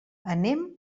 anem